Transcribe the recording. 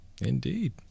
Indeed